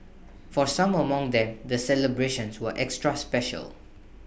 for some among them the celebrations were extra special